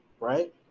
right